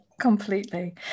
Completely